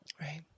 Right